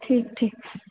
ठीक ठीक